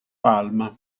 palma